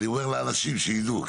אני אומר לאנשים שידעו.